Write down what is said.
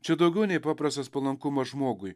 čia daugiau nei paprastas palankumas žmogui